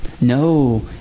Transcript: no